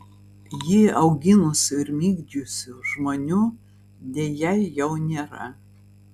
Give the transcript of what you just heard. jį auginusių ir migdžiusių žmonių deja jau nėra